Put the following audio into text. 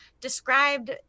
described